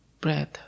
breath